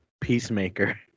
Peacemaker